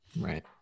Right